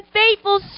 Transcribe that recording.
faithful